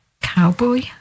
Cowboy